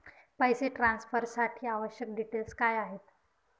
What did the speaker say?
पैसे ट्रान्सफरसाठी आवश्यक डिटेल्स काय आहेत?